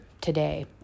today